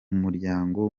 muryango